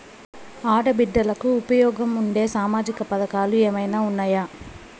ఆడ బిడ్డలకు ఉపయోగం ఉండే సామాజిక పథకాలు ఏమైనా ఉన్నాయా?